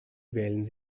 wählen